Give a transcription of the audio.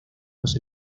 los